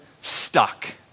stuck